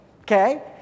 okay